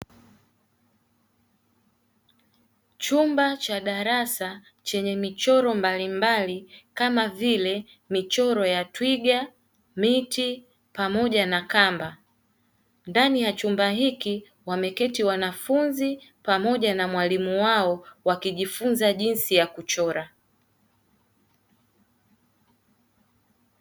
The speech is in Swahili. Chumba cha darasa chenye michoro mbalimbali kama vile michoro ya twiga, miti pamoja na kamba. Ndani ya chumba hiki wameketi wanafunzi pamoja na mwalimu wao wakijifunza jinsi ya kuchora.